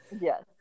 Yes